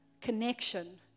connection